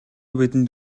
бидэнд